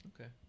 okay